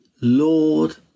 Lord